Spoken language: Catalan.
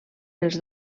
els